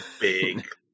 big